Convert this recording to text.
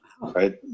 right